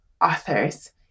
authors